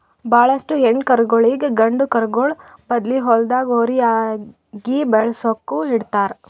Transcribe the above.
ಭಾಳೋಷ್ಟು ಹೆಣ್ಣ್ ಕರುಗೋಳಿಗ್ ಗಂಡ ಕರುಗೋಳ್ ಬದ್ಲಿ ಹೊಲ್ದಾಗ ಹೋರಿಯಾಗಿ ಬೆಳಸುಕ್ ಇಡ್ತಾರ್